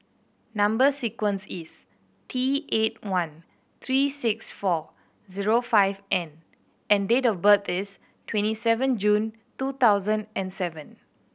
number sequence is T eight one three six four zero five N and date of birth is twenty seven June two thousand and seven